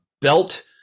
belt